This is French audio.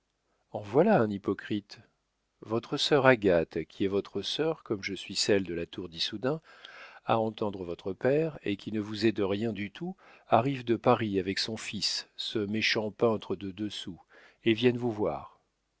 en voilà un hypocrite votre sœur agathe qui est votre sœur comme je suis celle de la tour d'issoudun à entendre votre père et qui ne vous est de rien du tout arrive de paris avec son fils ce méchant peintre de deux sous et viennent vous voir